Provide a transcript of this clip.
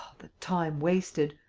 the time wasted!